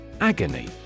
Agony